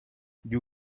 you